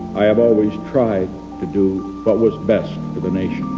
i have always tried to do what was best for the nation,